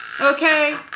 okay